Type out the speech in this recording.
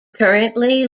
currently